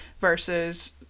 versus